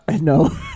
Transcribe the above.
no